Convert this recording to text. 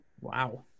Wow